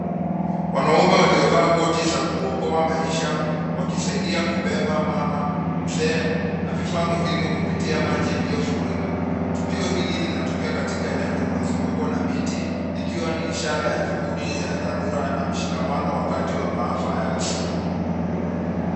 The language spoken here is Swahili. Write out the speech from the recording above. Wanaume waliovaa koti za kuokoa maisha wakisaidia kubeba mama mzee na vifaa muhimu kupitia maji yaliyofurika. Tukio hili linatokea katika eneo lililozungukwa na miti likiwa ni ishara ya juhudi za dharura mshikamano wakati wa maafa ya asili.